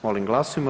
Molim glasujmo.